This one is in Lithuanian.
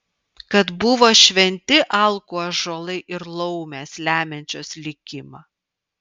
kad buvo šventi alkų ąžuolai ir laumės lemiančios likimą